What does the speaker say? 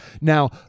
Now